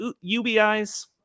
UBI's